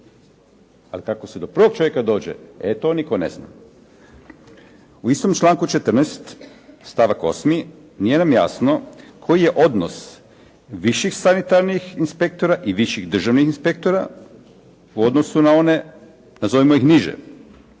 Ali kako se do prvog čovjeka dođe e to nitko ne zna. U istom članku 14. stavak 8. nije nam jasno koji je odnos viših sanitarnih inspektora i viših državnih inspektora u odnosu na one nazovimo ih niže.